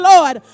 Lord